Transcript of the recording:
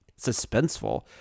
suspenseful